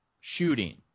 shooting